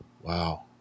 Wow